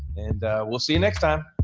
and we'll see you next time.